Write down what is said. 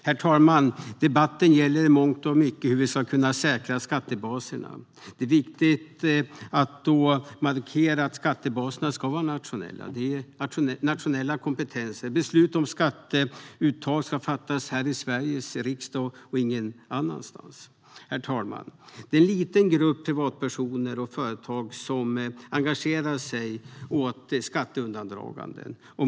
Herr talman! Debatten gäller i mångt och mycket hur vi ska kunna säkra skattebaserna. Det är viktigt att då markera att skattebaserna ska vara nationella - det är nationella kompetenser. Beslut om skatteuttag ska fattas här i Sveriges riksdag och ingen annanstans. Herr talman! Det är en liten grupp privatpersoner och företag som ägnar sig åt skatteundandraganden.